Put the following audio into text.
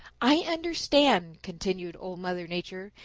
i understand, continued old mother nature,